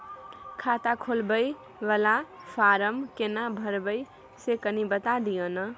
खाता खोलैबय वाला फारम केना भरबै से कनी बात दिय न?